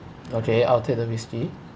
okay I'll take the whisky